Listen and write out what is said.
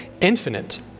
Infinite